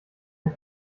auf